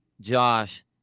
josh